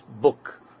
book